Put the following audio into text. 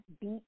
beat